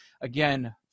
Again